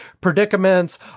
predicaments